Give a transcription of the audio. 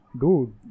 Dude